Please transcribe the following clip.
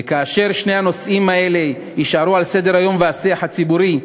וכאשר שני הנושאים האלה יישארו על סדר-היום ובשיח הציבורי,